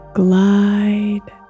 glide